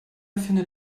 findet